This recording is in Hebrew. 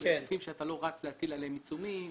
בגופים שאתה לא רץ להטיל עליהם עיצומים,